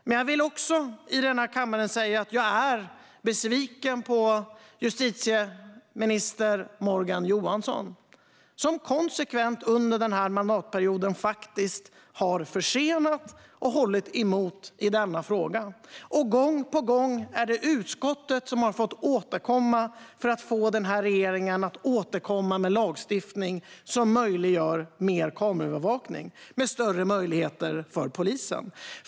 Men jag vill också säga i denna kammare att jag är besviken på justitieminister Morgan Johansson, som under den här mandatperioden konsekvent har försenat och hållit emot i denna fråga. Gång på gång är det utskottet som har fått återkomma för att få den här regeringen att återkomma med lagstiftning som möjliggör mer kameraövervakning med större möjligheter för polisen.